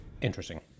interesting